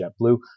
JetBlue